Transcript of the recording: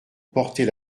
porter